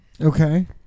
Okay